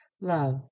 Love